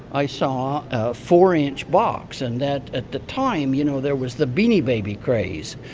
i saw a four inch box. and that at the time, you know, there was the beanie baby craze.